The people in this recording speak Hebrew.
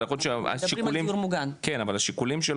אבל יכול להיות שהשיקולים --- מדברים על דיור מוגן.